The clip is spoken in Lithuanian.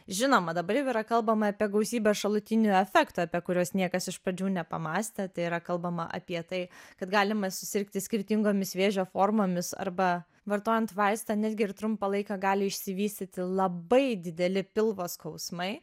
žinoma dabar jau yra kalbama apie gausybę šalutinių efektų apie kuriuos niekas iš pradžių nepamąstė tai yra kalbama apie tai kad galima susirgti skirtingomis vėžio formomis arba vartojant vaistą netgi ir trumpą laiką gali išsivystyti labai dideli pilvo skausmai